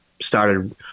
Started